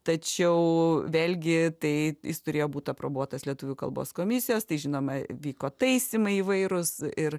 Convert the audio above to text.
tačiau vėlgi tai jis turėjo būt aprobuotas lietuvių kalbos komisijos tai žinoma vyko taisymai įvairūs ir